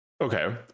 Okay